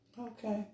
Okay